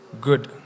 good